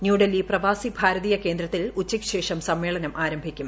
ന്യൂഡൽഹി പ്രവാസി ഭാരതീയ കേന്ദ്രത്തിൽ ഉച്ചയ്ക്ക് ശേഷം സമ്മേളനം ആരംഭിക്കും